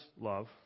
love